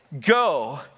go